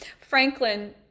Franklin